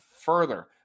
further